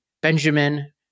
Benjamin